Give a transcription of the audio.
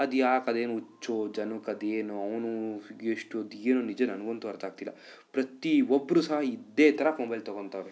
ಅದ್ಯಾಕೆ ಅದೇನು ಹುಚ್ಚೋ ಜನಕ್ಕೆ ಅದೆನೋ ಅವನೂ ಎಷ್ಟು ಅದೇನು ನಿಜ ನನಗಂತು ಅರ್ಥಾಗ್ತಿಲ್ಲ ಪ್ರತಿ ಒಬ್ರು ಸಹ ಇದೇ ಥರ ಫೋ ಮೊಬೈಲ್ ತೊಗೊಳ್ತವ್ರೆ